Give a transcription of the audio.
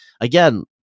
Again